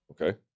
Okay